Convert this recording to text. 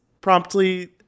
promptly